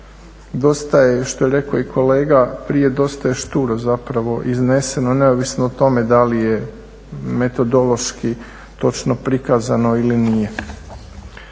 Što je rekao i kolega prije, dosta je šturo zapravo izneseno, neovisno o tome da li je metodološki točno prikazano ili nije.